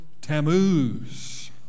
Tammuz